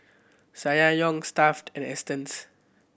Ssangyong Stuff'd and Astons